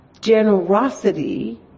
generosity